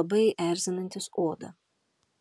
labai erzinantis odą